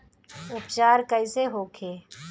उपचार कईसे होखे?